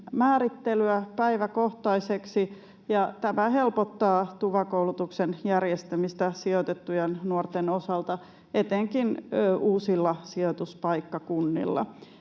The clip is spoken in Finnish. määrittelyä päiväkohtaiseksi, ja tämä helpottaa TUVA-koulutuksen järjestämistä sijoitettujen nuorten osalta etenkin uusilla sijoituspaikkakunnilla.